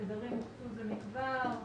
התדרים הוקצו זה מכבר.